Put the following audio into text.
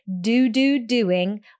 do-do-doing